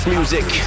music